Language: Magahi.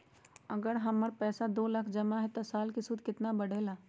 अगर हमर पैसा दो लाख जमा है त साल के सूद केतना बढेला?